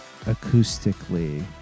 acoustically